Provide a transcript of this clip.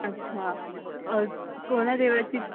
अच्छा कोणा देवस्थित